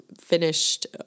finished